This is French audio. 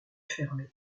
fermer